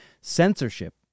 Censorship